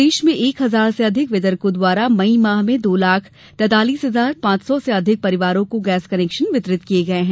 प्रदेश में एक हजार से अधिक वितरकों द्वारा मई माह में दो लाख तैतालीस हजार पांच सौ से अधिक परिवारों को गैस कनेक्शन वितरित किये गये हैं